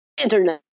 internet